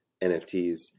NFTs